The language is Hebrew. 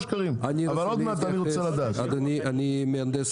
כי לא נותנים לנו להיכנס, תהליכי